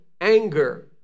anger